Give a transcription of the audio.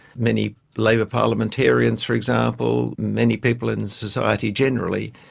many labor parliamentarians for example, many people in society generally,